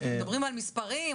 מדברים על מספרים,